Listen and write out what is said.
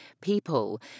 people